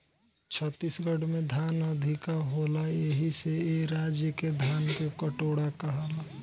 छत्तीसगढ़ में धान अधिका होला एही से ए राज्य के धान के कटोरा कहाला